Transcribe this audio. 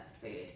food